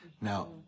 Now